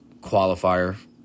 qualifier